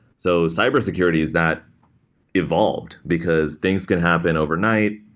so cyber securities that evolved, because things can happen overnight.